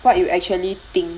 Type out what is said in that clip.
what you actually think